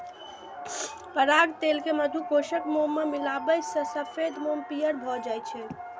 पराग तेल कें मधुकोशक मोम मे मिलाबै सं सफेद मोम पीयर भए जाइ छै